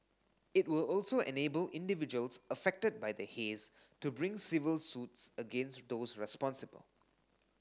it will also enable individuals affected by the haze to bring civil suits against those responsible